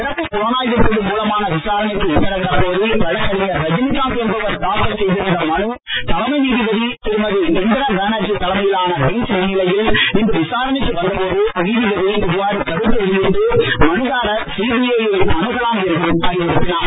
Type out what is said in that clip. சிறப்பு புலனாய்வுக் குழ மூலமான விசாரணைக்கு உத்தரவிடக் கோரி வழக்கறிஞர் ரஜினிகாந்த் என்பவர் தாக்கல் செய்திருந்த மனு தலைமை நீதிபதி திருமதி இந்திரா பேனர்தி தலைமையிலான பெஞ்ச் முன்னிலையில் இன்று விசாரணைக்கு வந்த போது நீதிபதி இவ்வாறு கருத்து வெளியிட்டு மனுதாரர் சிபிஐ யை அணுகலாம் என்றும் அறிவுறுத்தினார்